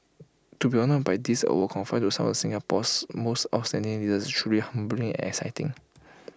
to be honoured by this award conferred on some of Singapore's most outstanding leaders is truly humbling and exciting